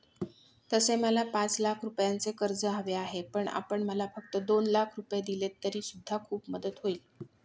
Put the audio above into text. तसे तर मला पाच लाख रुपयांचे कर्ज हवे आहे, पण आपण मला फक्त दोन लाख रुपये दिलेत तरी सुद्धा खूप मदत होईल